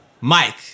Mike